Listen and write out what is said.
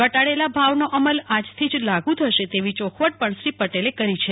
ઘટાડેલા ભાવનો અમલ આજથી જ લાગુ થશે તેવી ચોખવટ પણ શ્રી પટેલે કરી છે